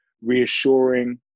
reassuring